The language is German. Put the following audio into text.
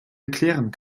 erklären